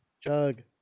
Chug